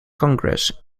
congress